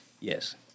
Yes